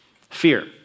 Fear